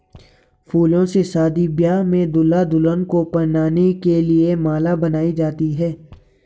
फूलों से शादी ब्याह में दूल्हा दुल्हन को पहनाने के लिए माला बनाई जाती है